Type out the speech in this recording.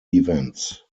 events